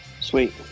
Sweet